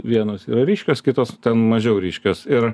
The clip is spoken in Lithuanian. vienos yra ryškios kitos ten mažiau ryškios ir